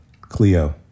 Cleo